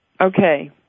Okay